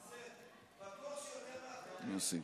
אפשר להצביע מכאן?